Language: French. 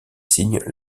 signent